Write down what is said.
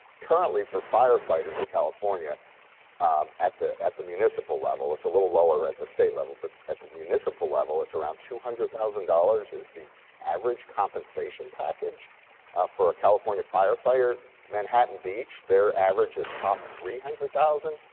currently for firefighters in california at the at the municipal level, it's a little lower at the state level, but at the municipal level, it's around two hundred thousand dollars is the average compensation package for a california firefighter. manhattan beach, their average is top three hundred thousand.